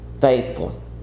faithful